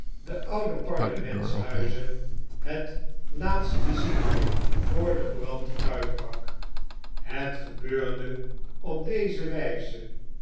de oude parlement's huizen het laatst te zienvoor de brand uitbrak het gebeurde op deze wgze